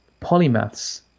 polymaths